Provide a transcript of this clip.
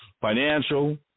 financial